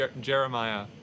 Jeremiah